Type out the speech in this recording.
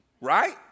Right